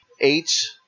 eight